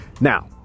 Now